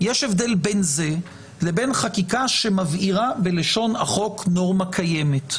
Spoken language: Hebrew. יש הבדל בין זה לבין חקיקה שמבהירה בלשון החוק נורמה קיימת,